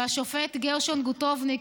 והשופט גרשון גונטובניק,